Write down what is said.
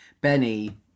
Benny